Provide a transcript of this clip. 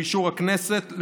באישור הכנסת,